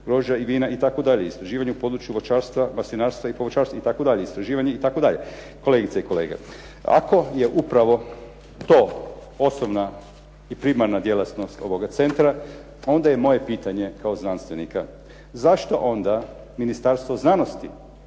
loža i vina, istraživanju u području voćarstva, maslinarstva i povrćarstva itd., istraživanje i tako dalje. Kolegice i kolege, ako je upravo to osnovna i primarna djelatnost ovoga centra, onda je moje pitanje kao znanstvenika zašto onda Ministarstvo znanosti